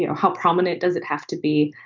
you know how prominent does it have to be?